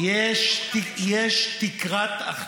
מדובר פה